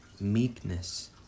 meekness